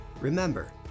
Remember